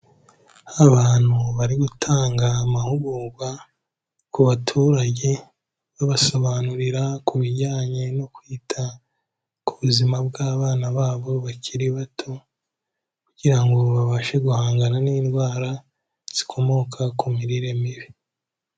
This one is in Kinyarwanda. Abantu bari gutanga amahugurwa ku baturage, babasobanurira ku bijyanye no kwita ku buzima bw'abana babo bakiri bato kugira ngo babashe guhangana n'indwara zikomoka ku mirire mibi.